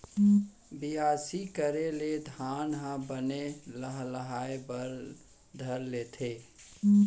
बियासी करे ले धान ह बने लहलहाये बर धर लेथे